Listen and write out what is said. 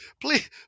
please